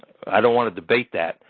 i don't want to debate that.